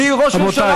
מי השר?